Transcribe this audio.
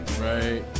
Right